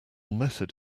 method